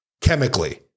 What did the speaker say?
Chemically